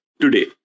today